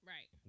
Right